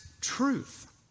Truth